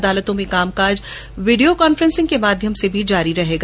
अदालतों में कामकाज वीडियो कान्फ्रेसिंग के माध्यम से भी जारी रहेगा